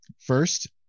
First